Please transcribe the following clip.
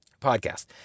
podcast